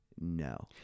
no